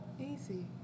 Easy